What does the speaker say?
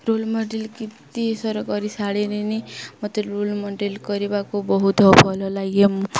roll model କେତେସାରା କରିସାରିଲିଣି ମୋତେ ରୋଲ୍ ମଡ଼େଲ କରିବାକୁ ବହୁତ ଭଲ ଲାଗେ ମୁଁ